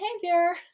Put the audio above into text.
behavior